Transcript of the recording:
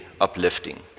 uplifting